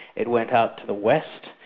it went out to the west,